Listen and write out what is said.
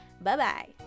Bye-bye